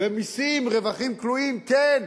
ומסים על רווחים כלואים, כן.